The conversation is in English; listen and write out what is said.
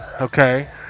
okay